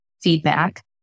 feedback